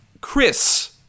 Chris